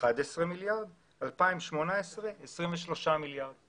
11 מיליארדי שקלים, 2018, 23 מיליארדי שקלים.